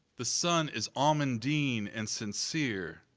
the sun is almandine and sincere